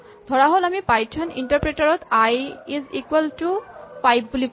ধৰাহ'ল আমি Python interpreter ত আই ইজ ইকুৱেল টু ৫ বুলি ক'লো